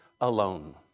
alone